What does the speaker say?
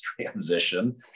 transition